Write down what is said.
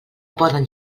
poden